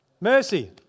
Mercy